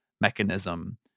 mechanism